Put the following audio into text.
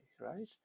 right